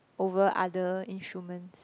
over other instruments